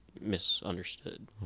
misunderstood